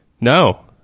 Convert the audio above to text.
No